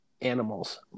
animals